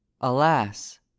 Alas